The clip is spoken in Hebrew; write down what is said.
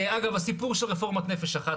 הסיפור של רפורמת "נפש אחת",